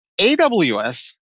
AWS